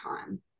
time